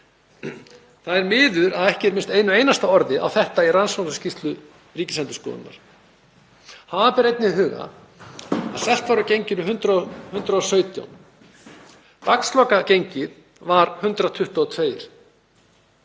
Það er miður að ekki er minnst einu einasta orði á þetta í rannsóknarskýrslu Ríkisendurskoðunar. Hafa ber einnig huga að selt var á genginu 117. Dagslokagengið var 122